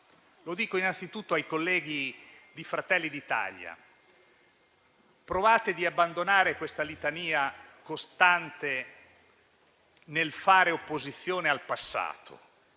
Lo dico innanzitutto ai colleghi di Fratelli d'Italia: provate ad abbandonare questa litania costante nel fare opposizione al passato.